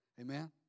Amen